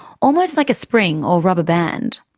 almost like a spring or rubber band.